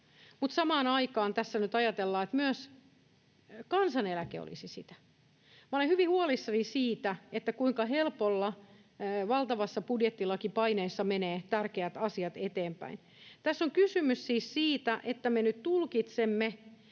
samaan aikaan tässä nyt ajatellaan, että myös kansaneläke olisi sitä. Minä olen hyvin huolissani siitä, kuinka helpolla valtavassa budjettilakipaineessa menevät tärkeät asiat eteenpäin. Tässä on kysymys siis siitä, että me nyt tulkitsemme,